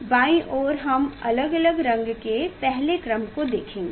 बाईं ओर हम अलग अलग रंगों के पहले क्रम को देखेंगे